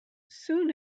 soon